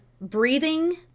breathing